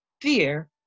fear